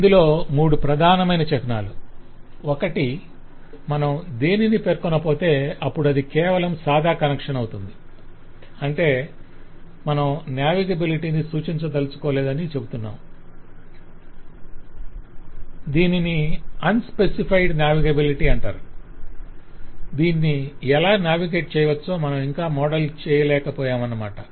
ఇందులో మూడు ప్రధానమైన చిహ్నాలు - ఒకటి మనం దేనినీ పేర్కొనకపోతే అప్పుడు అది కేవలం సాధా కనెక్షన్ అవుతుంది అంటే మనం నావిగెబిలిటీని సూచించదలచుకోలేదని చెబుతున్నాము దీనిని అన్ స్పెసిఫైడ్ నావిగెబిలిటీ అంటారు దీన్ని ఎలా నావిగేట్ చేయవచ్చో మనం ఇంకా మోడల్ చేయలేకపోయామన్నమాట